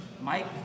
Mike